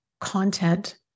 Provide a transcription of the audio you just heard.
content